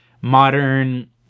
modern